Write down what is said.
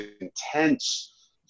intense